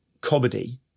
comedy